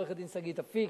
עורכת-דין שגית אפיק,